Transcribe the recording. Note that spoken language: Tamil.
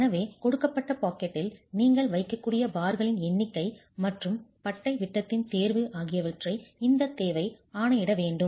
எனவே கொடுக்கப்பட்ட பாக்கெட்டில் நீங்கள் வைக்கக்கூடிய பார்களின் எண்ணிக்கை மற்றும் பட்டை விட்டத்தின் தேர்வு ஆகியவற்றை இந்தத் தேவை ஆணையிட வேண்டும்